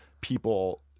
people